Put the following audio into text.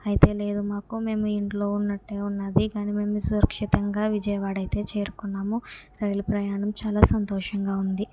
అయితే లేదు మాకు మేము ఇంట్లో ఉన్నట్టే ఉన్నది కానీ మేము సురక్షితంగా విజయవాడ అయితే చేరుకున్నాము రైలు ప్రయాణం చాలా సంతోషంగా ఉంది